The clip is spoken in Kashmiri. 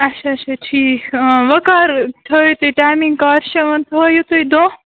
اَچھا اَچھا ٹھیٖک وۅنۍ کر تھٲوِو تُہۍ ٹایمِنٛگ کر چھَو یِوان تھٲوِو تُہۍ دۄہ